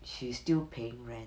she's still paying rent